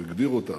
והוא הגדיר אותן: